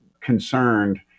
concerned